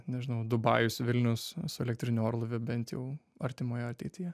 nežinau dubajus vilnius su elektriniu orlaiviu bent jau artimoje ateityje